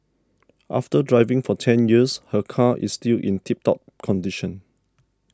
after driving for ten years her car is still in tip top condition